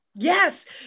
Yes